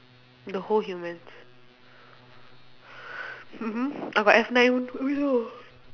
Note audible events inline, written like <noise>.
the whole humans mmhmm I got F nine <noise>